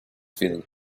feeling